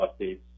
updates